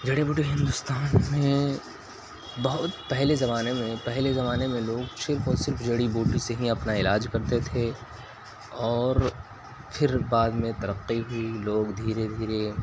جڑی بوٹی ہندوستان میں بہت پہلے زمانے میں پہلے زمانے میں لوگ صرف اور صرف جڑی بوٹی سے ہی اپنا علاج کرتے تھے اور پھر بعد میں ترقی ہوئی لوگ دھیرے دھیرے